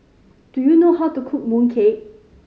do you know how to cook mooncake